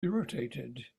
irritated